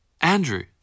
Andrew